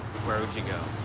where would you go?